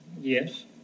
Yes